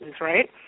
right